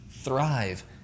thrive